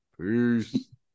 Peace